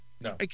No